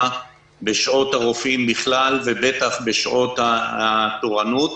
בשעות הרופאים בכלל ובטח בשעות התורנות.